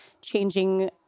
changing